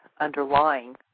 underlying